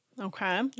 Okay